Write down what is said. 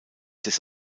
des